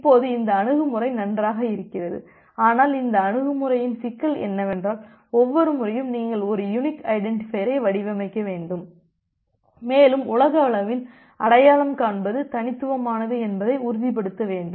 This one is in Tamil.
இப்போது இந்த அணுகுமுறை நன்றாக இருக்கிறது ஆனால் இந்த அணுகுமுறையின் சிக்கல் என்னவென்றால் ஒவ்வொரு முறையும் நீங்கள் ஒரு யுனிக் ஐடென்டிட்டிபையரையை வடிவமைக்க வேண்டும் மேலும் உலகளவில் அடையாளம் காண்பது தனித்துவமானது என்பதை உறுதிப்படுத்த வேண்டும்